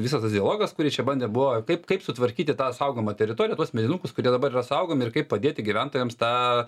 visas tas dialogas kurį čia bandė buvo kaip kaip sutvarkyti tą saugomą teritoriją tuos medinukus kurie dabar yra saugomi ir kaip padėti gyventojams tą